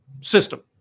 system